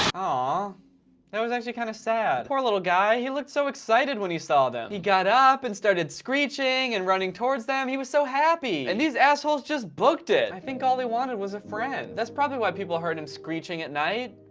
ah that was actually kind of sad poor little guy he looked so excited when he saw them he got up and started screeching and running towards them. he was so happy and these assholes just booked it i think all they wanted was a friend. that's probably why people heard him screeching at night